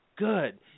Good